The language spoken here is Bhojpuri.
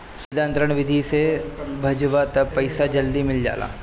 सीधा अंतरण विधि से भजबअ तअ पईसा जल्दी मिल जाला